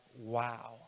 wow